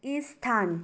स्थान